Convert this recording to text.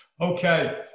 Okay